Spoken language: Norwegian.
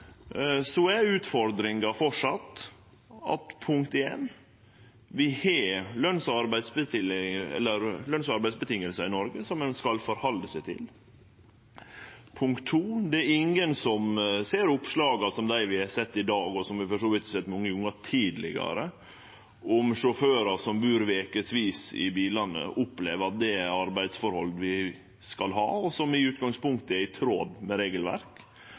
er utfordringa framleis: Vi har løns- og arbeidsvilkår i Noreg som ein skal halde seg til. Det er ingen som ser oppslag som dei vi har sett i dag, og som vi for så vidt har sett mange gonger tidlegare, om sjåførar som bur vekevis i bilane, og opplever at det er arbeidsforhold vi skal ha, og at det i utgangspunktet er i tråd med